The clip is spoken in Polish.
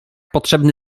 potrzebny